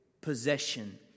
possession